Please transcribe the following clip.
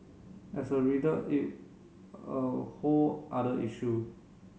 as a reader it a whole other issue